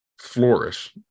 flourish